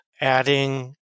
adding